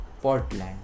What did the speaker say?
Portland